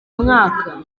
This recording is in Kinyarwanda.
mwaka